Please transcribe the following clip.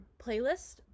playlist